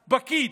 פקיד,